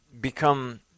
become